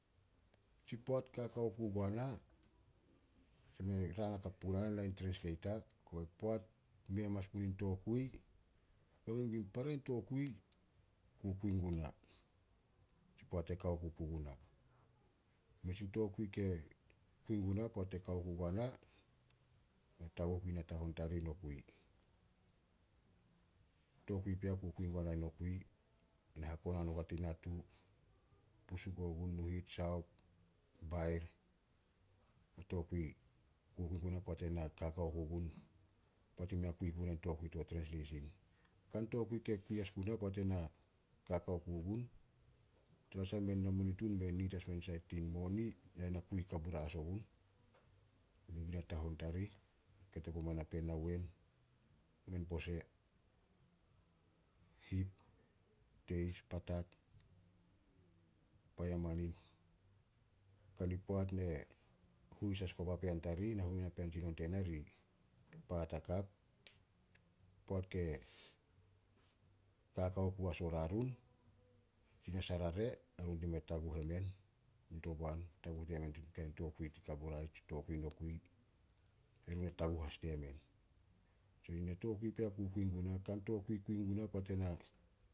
Tsi poat kaka ku guana, rang hakap puguna na, na in trensleita. Kobe poat mei hamanas punin tokui, kame gun para in tokui kukui guna, tsi poat e kao ku puguna. Mes in tokui ke kui guna poat e kao ku guana, na taguh gun natahon tarih nokui. Tokui pea kukui guana i nokui, ne hakonan ogua tin natu pusuk ogun, nuhit, saop, bair. Na tokui kukui guna poat ena kakao ku gun, poat i mei a kui puana tokui to trensleisin. Kan tokui ke kui as guna poat ena kakao ku gun, tanasah men namunitun men nid as men saed tin moni, nae na kui kabura as ogun. Nu gun natahon tarih, ketep oma napeen nawen, men pose. Hip, teis, patak, payaman ih. Kani poat ne as gun o papean tarih. Nahuenu napean tsinon tena ri paat hakap. Poat ke kakao ku as o rarun, tina sarare ai run dime taguh emen muntoboan, taguh diemen tin kain tokui tin kabura ih tsi tokui nokui. Erun e taguh as diemen. Na tokui pea kukui guna. Kan tokui kui guna poat ena